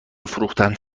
فروختند